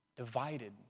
Divided